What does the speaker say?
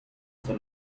the